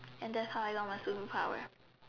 and that's why I want a superpower